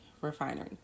Refinery